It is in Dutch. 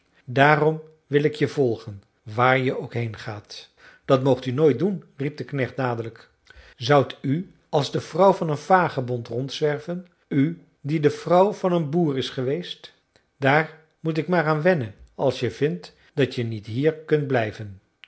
daarom wil ik je volgen waar je ook heengaat dat moogt u nooit doen riep de knecht dadelijk zoudt u als de vrouw van een vagebond rondzwerven u die de vrouw van een boer is geweest daar moet ik maar aan wennen als je vindt dat je niet hier kunt blijven